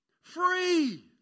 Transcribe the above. Free